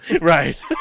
Right